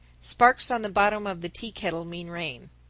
sparks on the bottom of the tea-kettle mean rain.